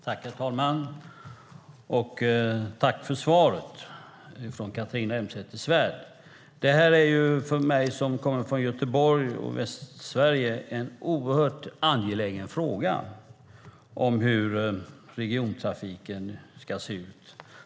Herr talman! Jag tackar för svaret från Catharina Elmsäter-Svärd! För mig som kommer från Göteborg och Västsverige är det en oerhört angelägen fråga hur regiontrafiken ska se ut.